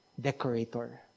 decorator